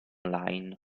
online